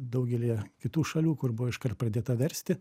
daugelyje kitų šalių kur buvo iškart pradėta versti